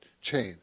chain